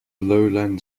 lowland